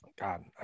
God